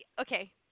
okay